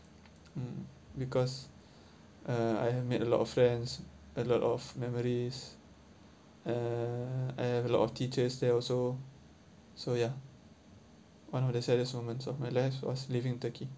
mm because uh I have made a lot of friends a lot of memories uh I have a lot of teachers there also so ya one of the saddest moments of my life was leaving turkey